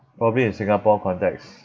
probably in Singapore context